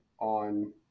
on